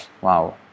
wow